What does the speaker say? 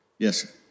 Yes